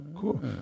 Cool